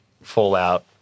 Fallout